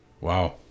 Wow